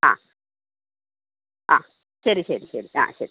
ആ ആ ശരി ശരി ശരി ആ ശരി